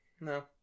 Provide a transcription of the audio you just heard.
no